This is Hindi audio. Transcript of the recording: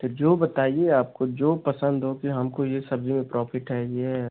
तो जो बताइए आपको जो पसंद हो कि हमको ये सब्ज़ी में प्रॉफिट है ये है